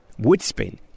Woodspin